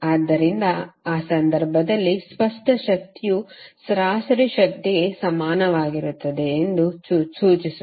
ಆದ್ದರಿಂದ ಈ ಸಂದರ್ಭದಲ್ಲಿ ಸ್ಪಷ್ಟ ಶಕ್ತಿಯು ಸರಾಸರಿ ಶಕ್ತಿಗೆ ಸಮಾನವಾಗಿರುತ್ತದೆ ಎಂದು ಸೂಚಿಸುತ್ತದೆ